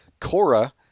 Cora